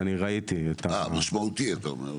אה, משמעותי אתה אומר.